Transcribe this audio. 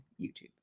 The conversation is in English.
YouTube